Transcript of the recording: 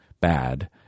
bad